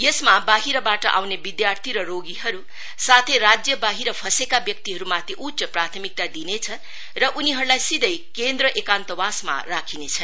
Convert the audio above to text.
यसमा वाहिरबाट आउने विदर्याथी र रोगीहरु साथै राज्य बाहिर फँसेका व्यक्तिहरुमाथि उच्च प्राथमिकता दिइनेछ र उनीहरुलाई सीधै केन्द्र एकान्तवासमा राखिनेछ